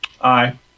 aye